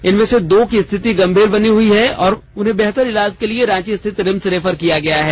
इनमें से दो की स्थिति गंभीर बनी हुई है और उन्हें बेहतर इलाज के लिए रांची स्थित रिम्स रेफर किया गया है